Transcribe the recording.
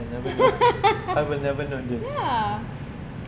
I'll never know I will never know this